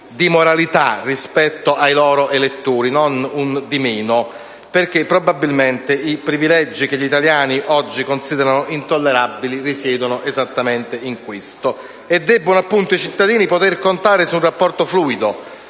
di moralità rispetto ai loro elettori, non un di meno, perché, probabilmente, i privilegi che gli italiani oggi considerano intollerabili risiedono esattamente in questo. E i cittadini debbono poter contare su un rapporto fluido,